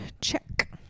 check